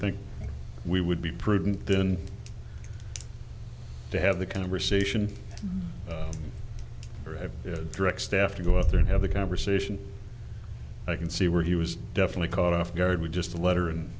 think we would be prudent then to have the conversation or have direct staff to go out there and have the conversation i can see where he was definitely caught off guard with just a letter and